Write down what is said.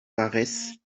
paraissent